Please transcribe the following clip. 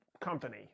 company